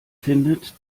findet